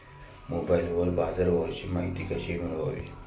मोबाइलवर बाजारभावाची माहिती कशी मिळवावी?